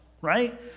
right